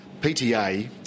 PTA